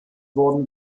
worden